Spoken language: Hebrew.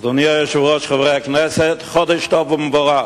אדוני היושב-ראש, חברי הכנסת, חודש טוב ומבורך,